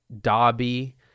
dobby